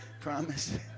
promise